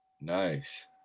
nice